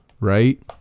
right